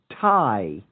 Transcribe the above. tie